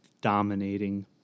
dominating